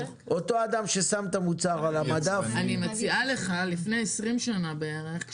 אותו אדם ששם את המוצר על המדף --- לפני 20 שנה בערך,